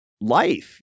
life